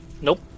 Nope